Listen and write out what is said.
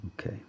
Okay